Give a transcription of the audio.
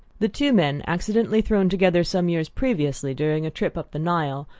the two men, accidentally thrown together some years previously during a trip up the nile,